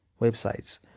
websites